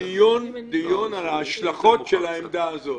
דיון על ההשלכות על העמדה הזאת.